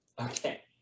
Okay